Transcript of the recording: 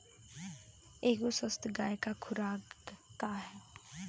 एगो स्वस्थ गाय क खुराक का ह?